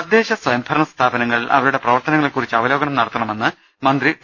തദ്ദേശസ്യംഭരണ സ്ഥാപനങ്ങൾ ്അവരുടെ പ്രവർത്തനങ്ങളെക്കുറിച്ച് അവലോകനം നടത്തണമെന്ന് മന്ത്രി ടി